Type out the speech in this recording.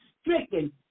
stricken